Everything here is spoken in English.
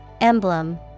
Emblem